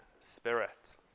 spirit